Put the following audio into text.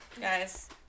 guys